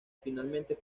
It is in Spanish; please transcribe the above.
finalmente